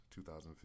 2015